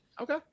Okay